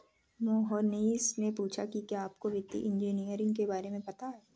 मोहनीश ने पूछा कि क्या आपको वित्तीय इंजीनियरिंग के बारे में पता है?